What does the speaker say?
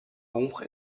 rompre